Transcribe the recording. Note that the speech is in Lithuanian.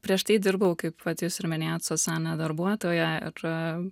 prieš tai dirbau kaip vat jūs ir minėjot socialine darbuotoja ir